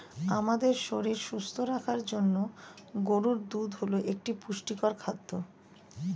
আমাদের শরীর সুস্থ রাখার জন্য গরুর দুধ হল একটি পুষ্টিকর খাদ্য